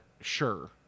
Sure